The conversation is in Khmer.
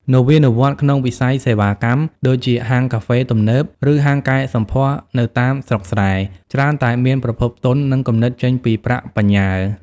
នវានុវត្តន៍ក្នុងវិស័យសេវាកម្ម ដូចជាហាងកាហ្វេទំនើប ឬហាងកែសម្ផស្សនៅតាមស្រុកស្រែ ច្រើនតែមានប្រភពទុន និងគំនិតចេញពីប្រាក់បញ្ញើ។